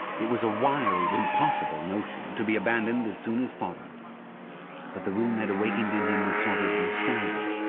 it was a wild, impossible notion, to be abandoned as soon as thought of but the room had awakened in him a sort of nostalgia,